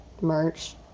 merch